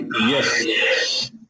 Yes